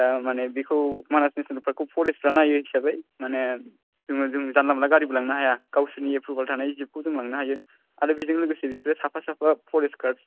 दा माने बिखौ मानास नेसनेल पार्कखौ फरेस्टआ नायो हिसाबै माने जोङो जोंनि जानला मानला गारिबो लांनो हाया गावसोरनि एप्रुभेल थानाय जिपखौ जों लांनो हायो आरो बिजों लोगोसे बिसोरो साफा साफा फरेस्ट गार्ड